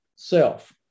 self